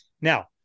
Now